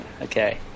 Okay